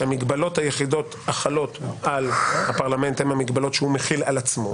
שהמגבלות היחידות החלות על הפרלמנט הן המגבלות שהוא מחיל על עצמו,